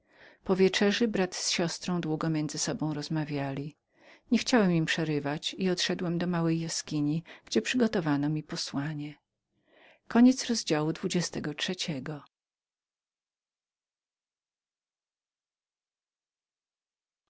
po wieczerzy brat z siostrą długo między sobą rozmawiali nie chciałem im przerywać i odszedłem do małej jaskini gdzie przygotowano mi posłanie